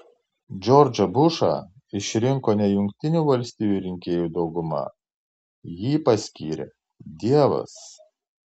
džordžą bušą išrinko ne jungtinių valstijų rinkėjų dauguma jį paskyrė dievas